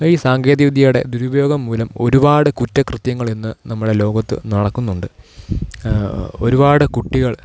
ഈ സാങ്കേതിക വിദ്യയുടെ ദുരുപയോഗം മൂലം ഒരുപാട് കുറ്റകൃത്യങ്ങൾ ഇന്ന് നമ്മളെ ലോകത്ത് നടക്കുന്നുണ്ട് ഒരുപാട് കുട്ടികൾ